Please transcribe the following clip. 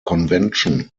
convention